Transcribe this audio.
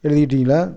எழுதிக்கிட்டிங்களா